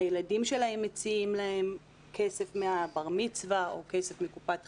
הילדים שלהם מציעים להם כסף מהבר מצווה או כסף מקופת חסכון.